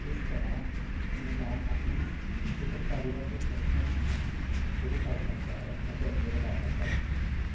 ਇਸ ਤਰ੍ਹਾਂ ਇਨਸਾਨ ਆਪਣੀ ਚਿੱਤਰਕਾਰੀ ਦਾ ਪ੍ਰੋਫੈਸ਼ਨ ਸ਼ੁਰੂ ਕਰ ਸਕਦਾ ਹੈ ਅਤੇ ਅੱਗੇ ਵਧਾ ਸਕਦਾ ਹੈ